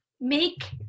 make